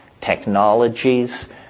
technologies